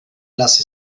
las